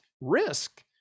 risk